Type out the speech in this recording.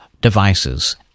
devices